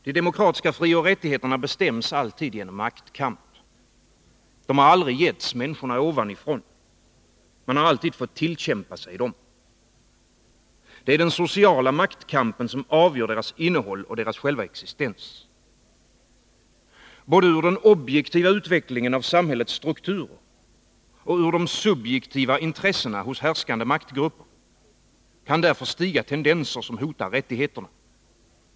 De demokratiska frioch rättigheterna bestäms alltid genom maktkamp. De har aldrig getts människorna ovanifrån. Man har alltid fått tillkämpa sig dem. Det är den sociala maktkampen som avgör deras innehåll och deras själva existens. Både ur den objektiva utvecklingen av samhällets strukturer och ur de subjektiva intressena hos härskande maktgrupper kan därför stiga tendenser, som hotar rättigheterna.